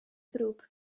grŵp